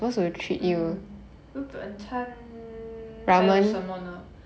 hmm 日本餐还有什么呢